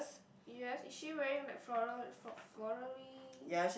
yes is she wearing like floral flor~ floraly